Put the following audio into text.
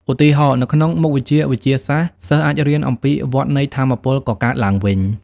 ឧទាហរណ៍ នៅក្នុងមុខវិជ្ជាវិទ្យាសាស្ត្រ សិស្សអាចរៀនអំពីវដ្តនៃថាមពលកកើតឡើងវិញ។